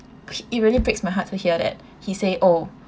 it really breaks my heart to hear it he say oh